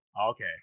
Okay